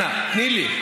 אנא, תני לי.